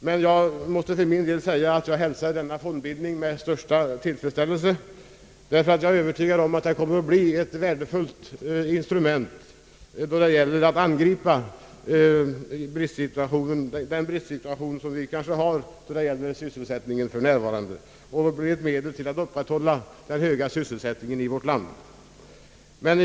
För min del måste jag emellertid säga att jag hälsar denna fondbildning med största tillfredsställelse, därför att jag är övertygad om att den kommer att bli ett värdefullt instrument då det gäller att angripa den bristsituation, som vi kanske har i fråga om sysselsättningen, samt bli ett medel till att upprätthålla hög sysselsättning i vårt land.